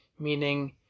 Meaning